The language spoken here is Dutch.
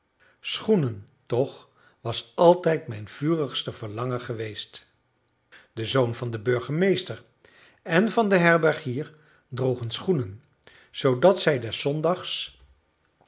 schoenen toch was altijd mijn vurigste verlangen geweest de zoon van den burgemeester en van den herbergier droegen schoenen zoodat zij des zondags